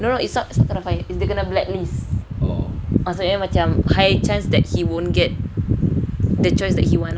no no no is not kena fired is dia kena blacklist maksudnya high chance that he won't get the choice that he want lah